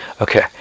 Okay